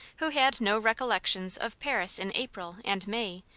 who had no recollections of paris in april and may,